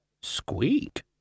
Squeak